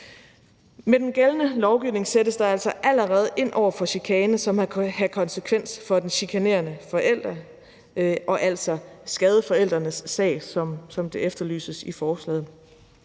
Med den gældende lovgivning sættes der altså allerede ind over for chikane, som kan have konsekvenser for den chikanerende forælder og altså skade forælderens sag, som det efterlyses i forslaget.